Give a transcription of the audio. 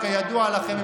כידוע לכם,